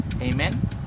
amen